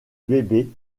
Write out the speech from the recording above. bébé